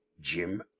Jim